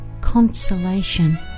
consolation